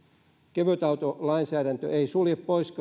kevytautolainsäädäntö ei sulje pois